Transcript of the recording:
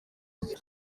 byo